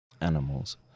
animals